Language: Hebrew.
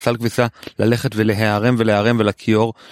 סל כביסה. ללכת ולהיערם ולהיערם ולכיור